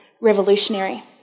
revolutionary